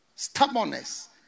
Stubbornness